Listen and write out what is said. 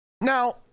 Now